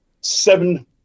seven